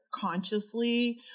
consciously